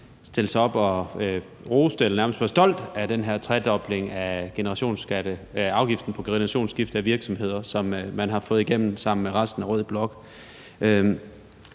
stillede sig op og roste og nærmest var stolt af den her tredobling af afgiften på generationsskifte af virksomheder, som man har fået igennem sammen med resten af rød blok.